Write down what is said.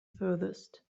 furthest